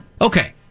Okay